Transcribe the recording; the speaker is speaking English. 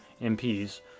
MPs